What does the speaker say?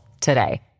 today